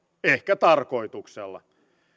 ehkä tarkoituksella